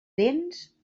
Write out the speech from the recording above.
dents